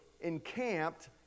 encamped